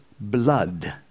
blood